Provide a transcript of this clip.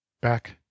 back